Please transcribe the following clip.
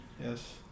yes